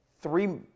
three